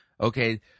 okay